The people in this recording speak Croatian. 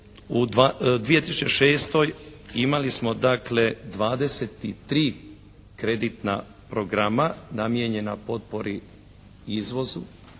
U 2006. imali smo dakle 23 kreditna programa namijenjena potpori izvozu